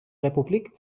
republik